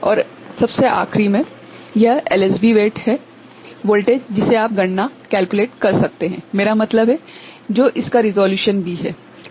और सबसे आखिर मे यह एलएसबी वेट वोल्टेज जिसे आप गणना कर सकते हैं मेरा मतलब है जो इसका रेसोल्यूशनभी है